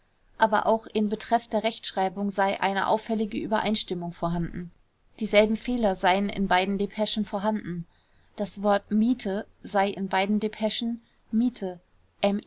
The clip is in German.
aber auch in betreff der rechtschreibung sei eine auffällige übereinstimmung vorhanden dieselben fehler seien in beiden depeschen vorhanden das wort miete sei in beiden depeschen mite